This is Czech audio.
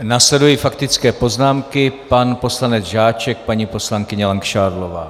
Následují faktické poznámky pan poslanec Žáček, paní poslankyně Langšádlová.